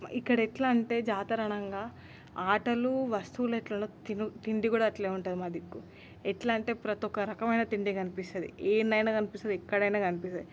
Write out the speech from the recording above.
ఇక్కడ ఎట్లా అంటే జాతర అనగా ఆటలు వస్తువులు ఎలానో తిండి కూడా అట్లే ఉంటుంది మా దిక్కు ఎట్లా అంటే ప్రతి ఒక్కరకమైన తిండి కనిపిస్తుంది ఏదైనా కనిపిస్తుంది ఎక్కడన్నా కనిపిస్తుంది